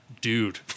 dude